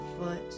foot